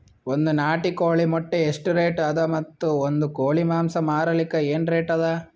ಒಂದ್ ನಾಟಿ ಕೋಳಿ ಮೊಟ್ಟೆ ಎಷ್ಟ ರೇಟ್ ಅದ ಮತ್ತು ಒಂದ್ ಕೋಳಿ ಮಾಂಸ ಮಾರಲಿಕ ಏನ ರೇಟ್ ಅದ?